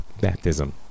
baptism